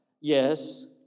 yes